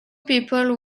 people